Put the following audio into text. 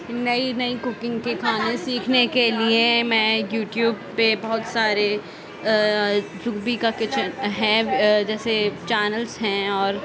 نئی نئی کوکنگ کے کھانے سیکھنے کے لیے میں یوٹیوب پہ بہت سارے روبی کا کچن ہیں جیسے چینلس ہیں اور